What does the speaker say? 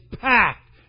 packed